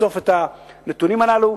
לחשוף את הנתונים הללו,